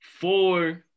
Four